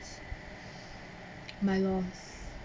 my lost